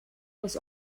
was